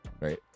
right